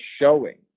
showing